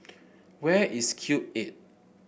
where is Cube Eight